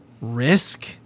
risk